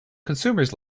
consumers